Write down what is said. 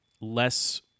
less